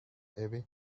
away